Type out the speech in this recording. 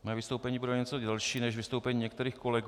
Moje vystoupení bude o něco delší než vystoupení některých kolegů.